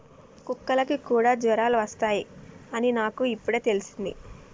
కుక్కలకి కూడా జ్వరాలు వస్తాయ్ అని నాకు ఇప్పుడే తెల్సింది